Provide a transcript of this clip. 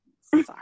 sorry